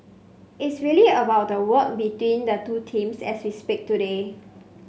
it's really about the work between the two teams as we speak today